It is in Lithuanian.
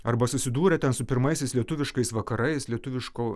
arba susidūrė ten su pirmaisiais lietuviškais vakarais lietuviško